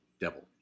devil